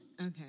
Okay